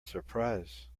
surprise